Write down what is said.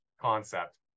concept